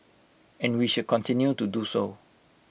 and we should continue to do so